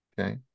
okay